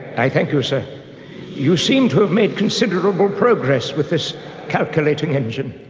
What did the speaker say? i thank you, sir. you seem to have made considerable progress with this calculating engine.